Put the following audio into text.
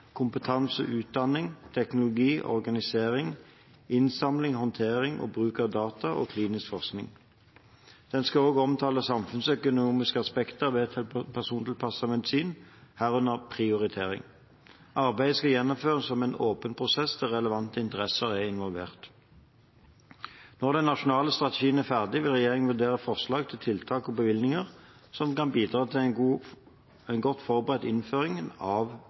kompetanse og utdanning, teknologi og organisering, innsamling og håndtering og bruk av data og klinisk forskning. Den skal også omtale samfunnsøkonomiske aspekter ved persontilpasset medisin, herunder prioritering. Arbeidet skal gjennomføres som en åpen prosess der relevante interessenter er involvert. Når den nasjonale strategien er ferdig, vil regjeringen vurdere forslag til tiltak og bevilgninger som kan bidra til en godt forberedt innføring av